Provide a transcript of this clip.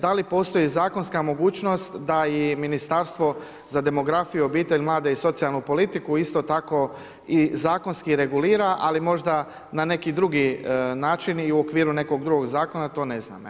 Da li postoji zakonska mogućnost da i Ministarstvo za demografiju, obitelj, mlade i socijalnu politiku isto tako i zakonski regulira, ali možda na neki drugi način i u okviru nekog drugog zakona, to ne znam, evo.